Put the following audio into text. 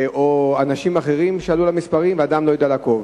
או שאנשים אחרים עלו על המספרים ואדם לא יודע לעקוב.